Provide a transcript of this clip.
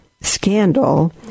scandal